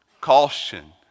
caution